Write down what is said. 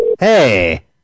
Hey